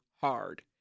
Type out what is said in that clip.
hard